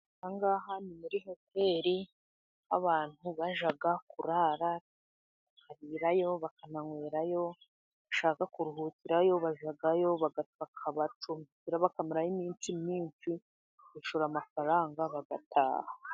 Ahangaha ni muri hoteri, aho abantu bajya kurara, bakarirayo, bakananywerayo, abashaka bakuruhukirayo bajyayo, bakabacumbikira bakamararayo iminsi myinshi, bakishura amafaranga bagataha.